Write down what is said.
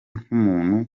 nk’umuntu